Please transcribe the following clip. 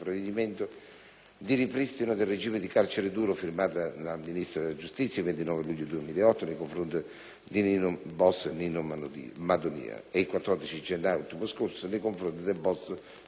di ripristino del regime di carcere duro firmati dal Ministro della giustizia il 29 luglio 2008 nei confronti del boss Nino Madonia e il 14 gennaio ultimo scorso nei confronti del boss Domenico Ganci.